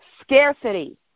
scarcity